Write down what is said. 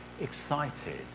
excited